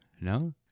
No